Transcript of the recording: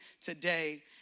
today